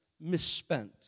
misspent